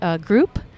group